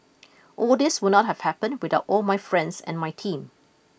all this would not have happened without all my friends and my team